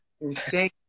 Insane